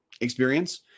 experience